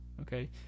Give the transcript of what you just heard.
okay